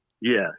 Yes